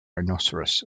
rhinoceros